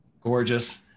Gorgeous